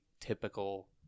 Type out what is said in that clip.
typical